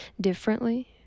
differently